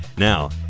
Now